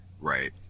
Right